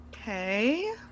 Okay